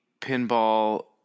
pinball